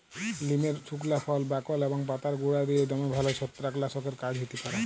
লিমের সুকলা ফল, বাকল এবং পাতার গুঁড়া দিঁয়ে দমে ভাল ছত্রাক লাসকের কাজ হ্যতে পারে